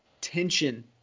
tension